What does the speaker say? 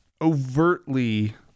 overtly